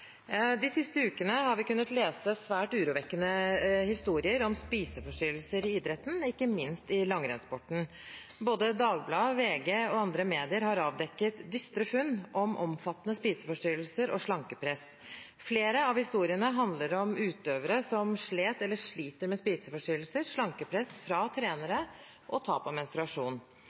de verktøyene som er utviklet gjennom snart to år med pandemi, for å unngå slike til dels fatale situasjoner for pasienter som mister behandlingstilbudet. «De siste ukene har vi kunnet lese svært urovekkende historier om spiseforstyrrelser i idretten, ikke minst i langrennssporten. Både Dagbladet, VG og andre medier har avdekket dystre funn om omfattende spiseforstyrrelser og slankepress. Flere av historiene handler om